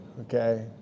okay